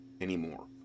anymore